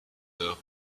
the